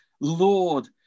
Lord